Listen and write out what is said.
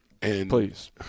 Please